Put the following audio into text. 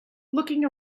looking